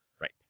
Right